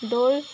দৌৰ